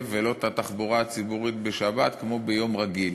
ולא את התחבורה הציבורית בשבת כמו ביום רגיל,